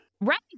Right